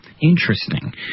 Interesting